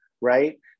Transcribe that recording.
right